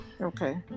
okay